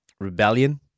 rebellion